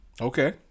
Okay